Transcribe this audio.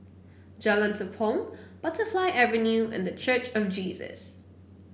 Jalan Tepong Butterfly Avenue and The Church of Jesus